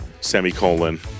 semicolon